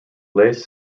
les